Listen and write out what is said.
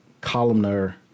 columnar